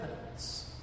evidence